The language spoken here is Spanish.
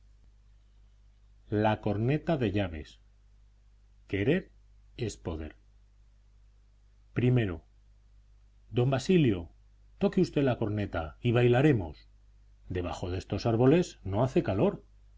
ortodoxa querer es poder i don basilio toque usted la corneta y bailaremos debajo de estos árboles no hace calor